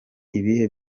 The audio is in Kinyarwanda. ibihe